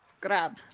Grab